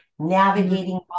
navigating